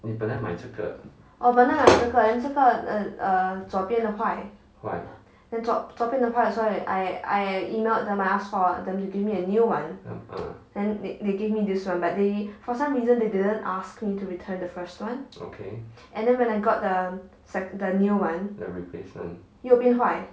oh 我本来买这个 then 这个 uh 左边的坏 then 左边的坏了所以 I I emailed them I asked for them to give me a new one then the they gave me this one but they for some reason they didn't ask me to return the first one and then when I got the sec~ the new one 又变坏